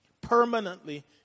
permanently